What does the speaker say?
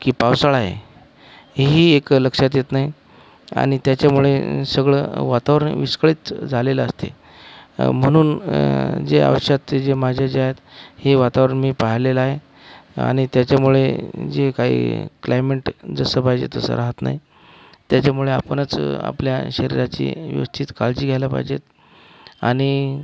की पावसाळा आहे ही एक लक्षात येत नाही आणि त्याच्यामुळे सगळं वातावरण विस्कळीत झालेला असते म्हणून जे आवश्यक जे माझे जे आहे हे वातावरण मी पाहिलेला आहे आणि त्याच्यामुळे जे काही क्लायमेट जसं पाहिजे तसं रहात नाही त्याच्यामुळे आपणच आपल्या शरीराची व्यवस्थित काळजी घ्यायला पाहिजे आणि